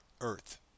Earth